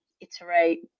iterate